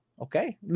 okay